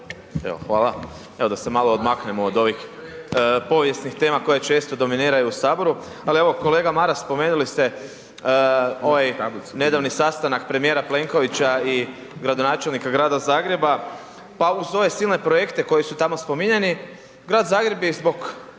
Evo, da se malo odmaknemo od ovih povijesnih tema koje često dominiraju u saboru, ali evo kolega Maras spomenuli ste ovaj nedavni sastanak premijera Plenkovića i gradonačelnika Grada Zagreba, pa uz ove silne projekte koji su tamo spominjani, Grad Zagreb je zbog